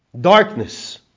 Darkness